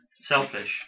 selfish